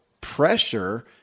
pressure